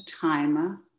timer